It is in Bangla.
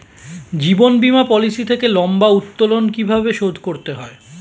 জীবন বীমা পলিসি থেকে লম্বা উত্তোলন কিভাবে শোধ করতে হয়?